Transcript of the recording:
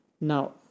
Now